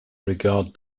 regard